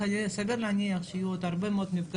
כי שם ההליך היה מאוד מאוד פוגעני,